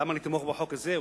למה לתמוך בחוק הזה,